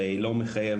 שהיא לא מחייבת.